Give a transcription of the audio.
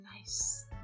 nice